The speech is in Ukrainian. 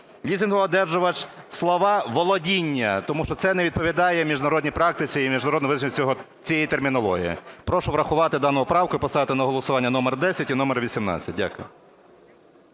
"лізингоодержувач", слова "володіння", тому що це не відповідає міжнародній практиці і міжнародному визначенню цієї термінології. Прошу врахувати дану правку і поставити на голосування номер 10 і номер 18. Дякую.